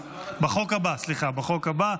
בחוק הבא, סליחה, בחוק הבא.